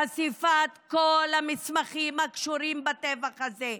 חשיפת כל המסמכים הקשורים בטבח הזה.